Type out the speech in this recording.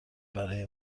برای